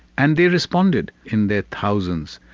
and they responded in their thousands.